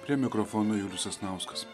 prie mikrofono julius sasnauskas